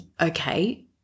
okay